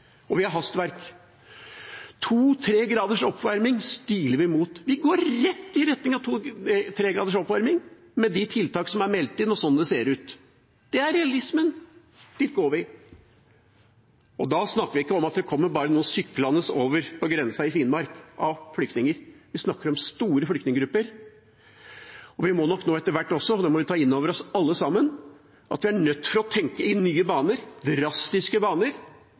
og vi har hastverk. To–tre graders oppvarming stiler vi mot. Vi går rett i retning av tre graders oppvarming med de tiltakene som er meldt inn, og sånn det ser ut. Det er realismen. Dit går vi. Da snakker vi ikke om at det bare kommer noen flyktninger syklende over grensen i Finnmark. Vi snakker om store flyktninggrupper. Vi må nok etter hvert også – det må vi ta inn over oss alle sammen – være nødt til å tenke i nye baner, drastiske baner,